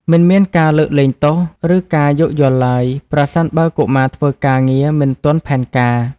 មិនមានការលើកលែងទោស ឬការយោគយល់ឡើយ ប្រសិនបើកុមារធ្វើការងារមិនទាន់ផែនការ។